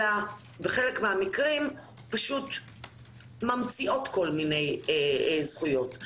אלא בחלק מהמקרים פשוט ממציאות כל מיני זכויות.